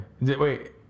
Wait